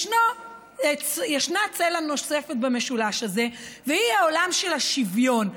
יש צלע נוספת במשולש הזה, והיא העולם של השוויון.